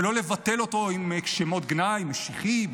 ולא לבטל אותו עם שמות גנאי: משיחי,